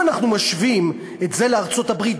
אם אנחנו משווים את זה לארצות-הברית,